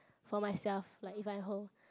for my myself like if I'm home